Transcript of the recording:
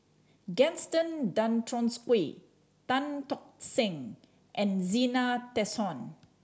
Gaston Dutronquoy Tan Tock Seng and Zena Tessensohn